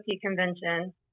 convention